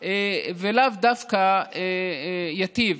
ולאו דווקא ייטיב.